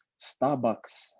Starbucks